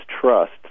trust